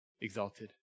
exalted